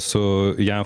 su jav